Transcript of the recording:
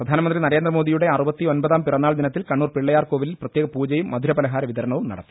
പ്രധാനമന്ത്രി നരേന്ദ്രമോദിയുടെ അറുപത്തി ഒൻപതാം പിറന്നാൾ ദിനത്തിൽ കണ്ണൂർ പിള്ളയാർ കോവിലിൽ പ്രത്യേക പൂജയും മധുര പലഹാര വിതരണവും നടത്തി